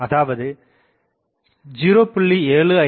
அதாவது 0